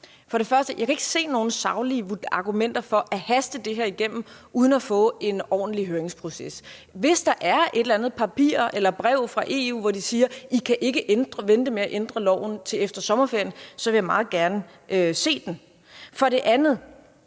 For det første kan jeg ikke se nogen saglige argumenter for at haste det her igennem uden at få en ordentlig høringsproces. Hvis der er et eller andet papir eller brev fra EU, hvor de siger, at vi ikke kan vente med at ændre loven til efter sommerferien, vil jeg meget gerne se det. For det andet